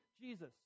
Jesus